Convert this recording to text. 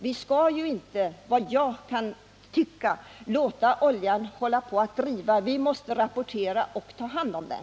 Vi skall ju inte, vad jag kan förstå, låta olja driva. Vi måste rapportera och ta hand om den.